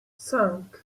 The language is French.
cinq